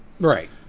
Right